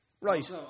Right